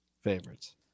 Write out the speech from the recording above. favorites